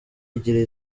igira